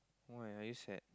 you very sad